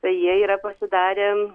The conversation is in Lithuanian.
tai jie yra pasidarę